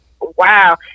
wow